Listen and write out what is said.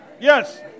Yes